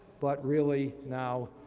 but really, now,